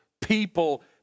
people